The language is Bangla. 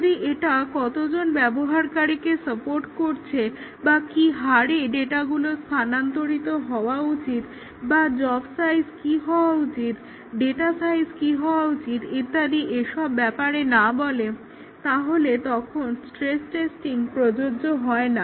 যদি এটা কতজন ব্যবহারকারীকে সাপোর্ট করছে বা কি হারে ডাটাগুলোর স্থানান্তরিত হওয়া উচিত বা জব সাইজ কি হওয়া উচিত ডাটা সাইজ কি হওয়া উচিত ইত্যাদি এইসব ব্যাপারে না বলে তাহলে তখন স্ট্রেস টেস্টিং প্রযোজ্য হয় না